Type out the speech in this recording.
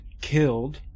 killed